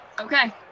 Okay